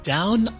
Down